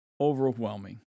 overwhelming